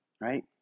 right